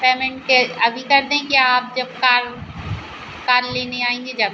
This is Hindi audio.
पेमेन्ट के अभी कर दें कि आप जब कार कार लेने आएंगे जब